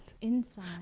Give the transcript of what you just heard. Inside